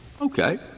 Okay